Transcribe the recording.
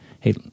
hey